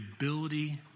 ability